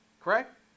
Correct